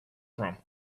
from